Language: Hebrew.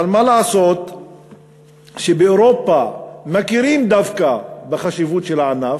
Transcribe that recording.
אבל מה לעשות שבאירופה דווקא מכירים בחשיבות של הענף,